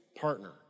partner